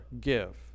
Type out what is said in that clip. give